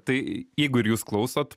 tai jeigu ir jūs klausot